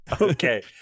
Okay